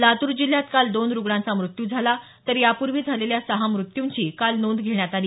लातूर जिल्ह्यात काल दोन रुग्णांचा मृत्यू झाला तर यापूर्वी झालेल्या सहा म्रत्यूंची काल नोंद घेण्यात आली